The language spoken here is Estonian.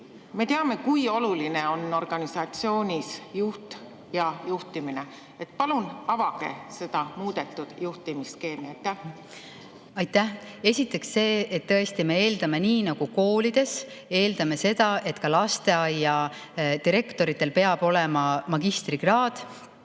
Me teame, kui oluline on organisatsioonis juht ja juhtimine. Palun avage seda muudetud juhtimisskeemi. Aitäh! Esiteks, me tõesti eeldame nii nagu koolide, nii ka lasteaedade puhul seda, et direktoril peab olema magistrikraad.